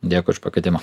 dėkui už pakvietimą